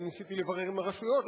אני ניסיתי לברר עם הרשויות.